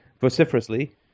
vociferously